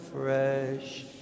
fresh